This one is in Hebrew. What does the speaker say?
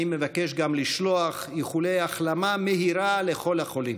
אני מבקש גם לשלוח איחולי החלמה מהירה לכל החולים.